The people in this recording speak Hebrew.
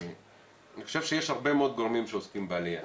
אני חושב שיש הרבה מאוד גורמים שעוסקים בעלייה,